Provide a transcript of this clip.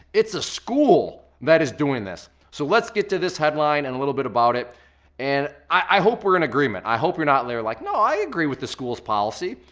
it's a school that is doing this. so let's get to this headline and a little bit about it and i hope we're in agreement. i hope you're not like, no i agree with the school's policy.